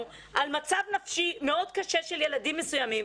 על מצב נפשי מאוד קשה של ילדים מסוימים,